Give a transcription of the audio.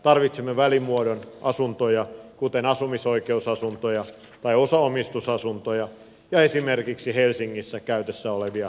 tarvitsemme välimuodon asuntoja kuten asumisoikeusasuntoja tai osaomistusasuntoja ja esimerkiksi helsingissä käytössä olevia hitasasuntoja